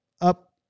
up